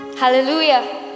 Hallelujah